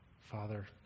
Father